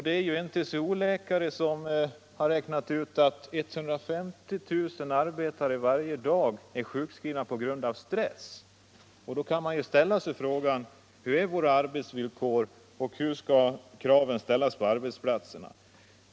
En TCO-läkare har räknat ut att 150 000 arbetare varje dag är sjukskrivna på grund av stress. Då kan man ju fråga sig: Hur är våra arbetsvillkor och hur skall kraven ställas på arbetsplatserna?